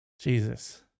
Jesus